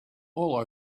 all